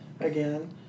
again